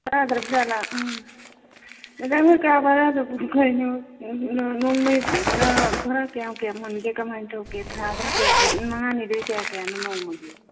ꯇꯥꯗ꯭ꯔꯥꯕꯖꯥꯠꯂ ꯎꯝ ꯃꯦꯗꯥꯝ ꯍꯣꯏ ꯀꯥ ꯚꯔꯥꯗꯨꯕꯨ ꯀꯩꯅꯣ ꯅꯣꯡꯃꯩ ꯀꯥ ꯚꯔꯥ ꯀꯌꯥꯝ ꯀꯌꯥꯝ ꯍꯨꯟꯒꯦ ꯀꯃꯥꯏꯅ ꯇꯧꯒꯦ ꯊꯥꯗꯅ ꯀꯌꯥ ꯃꯉꯥꯅꯤꯗꯨ ꯀꯌꯥ ꯀꯌꯥꯅꯣ ꯅꯣꯡꯃꯒꯤ